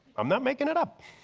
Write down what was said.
i'm not making it up.